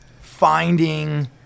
finding